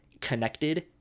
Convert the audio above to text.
connected